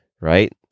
right